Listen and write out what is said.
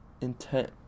intent